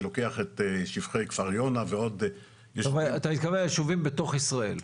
שלוקח את שפכי כפר יונה ועוד --- אתה מתכוון לישובים בתוך ישראל?